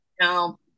No